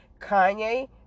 Kanye